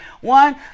One